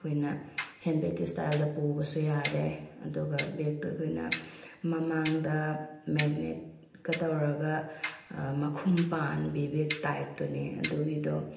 ꯑꯩꯈꯣꯏꯅ ꯍꯦꯟ ꯕꯦꯛꯀꯤ ꯏꯁꯇꯥꯏꯜꯗ ꯄꯨꯕꯁꯨ ꯌꯥꯔꯦ ꯑꯗꯨꯒ ꯕꯦꯛꯇꯣ ꯑꯩꯈꯣꯏꯅ ꯃꯃꯥꯡꯗ ꯃꯦꯒꯅꯦꯠꯀ ꯇꯧꯔꯒ ꯃꯈꯨꯝ ꯄꯥꯟꯕꯤ ꯕꯦꯛ ꯇꯥꯏꯞꯇꯨꯅꯦ ꯑꯗꯨꯒꯤꯗꯣ